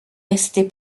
resté